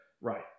Right